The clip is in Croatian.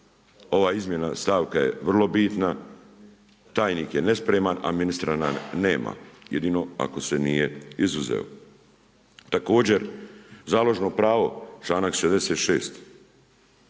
ovaj izmjena stavka je vrlo bitna, tajnik je nespreman a ministra nam nema, jedino ako se nije izuzeo. Također, založno pravo, članak 66.